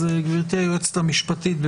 גברתי היועצת המשפטית,